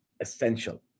essential